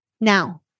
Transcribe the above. Now